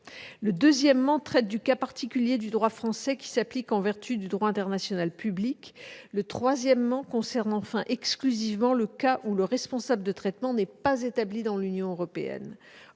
Le 2° traite du cas particulier du droit français qui s'applique en vertu du droit international public. Le 3° concerne enfin exclusivement le cas où le responsable de traitement n'est pas établi dans l'Union européenne.